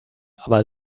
aber